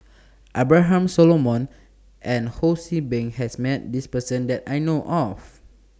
Abraham Solomon and Ho See Beng has Met This Person that I know of